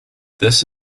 this